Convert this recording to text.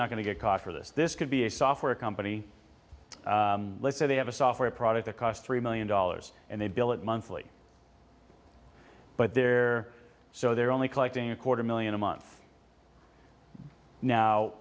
not going to get caught for this this could be a software company let's say they have a software product that cost three million dollars and they bill it monthly but they're so they're only collecting a quarter million a month now